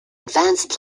advanced